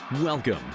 welcome